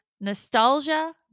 nostalgia